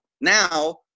now